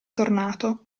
tornato